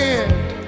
end